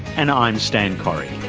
and i'm stan correy